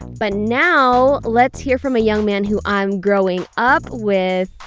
but now, let's hear from a young man who i'm growing up with.